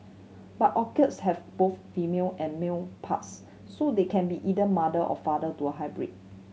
but orchids have both female and male parts so they can be either mother or father to a hybrid